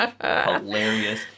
hilarious